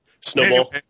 Snowball